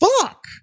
Fuck